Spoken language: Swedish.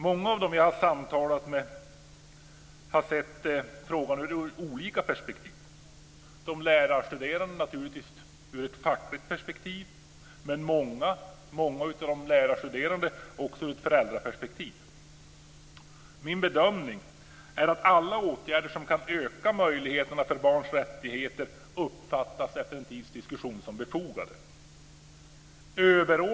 Många av dem jag har samtalat med har sett frågan ur olika perspektiv. De lärarstuderande har naturligtvis sett den ur ett fackligt perspektiv, men många av dem har också sett den ur ett föräldraperspektiv. Min bedömning är att alla åtgärder som kan öka möjligheterna för barns rättigheter uppfattas, efter en tids diskussion, som befogade.